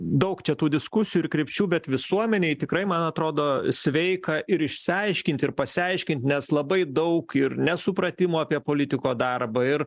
daug čia tų diskusijų ir krypčių bet visuomenei tikrai man atrodo sveika ir išsiaiškint ir pasiaiškint nes labai daug ir nesupratimo apie politiko darbą ir